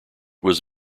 was